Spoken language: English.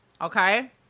Okay